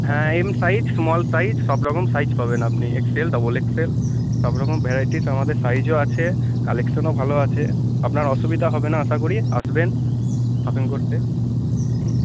হ্যাঁ M size small size সব রকম সাইজ পাবেন আপনি এক্সেল ডবল এক্সেল সব রকম ভ্যারাইটিস আমাদের সাইজও আছে কালেকশানও ভালো আছে আপনার অসুবিধা হবে না আশা করি আসবেন শপিং করতে হুম